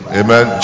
amen